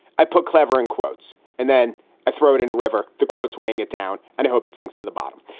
i put clavering quotes and then i throw it in a river. the quotes weighing it down and i hope it sinks to the bottom.